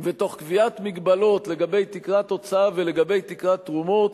ותוך קביעת מגבלות לגבי תקרת הוצאה ולגבי תקרת תרומות,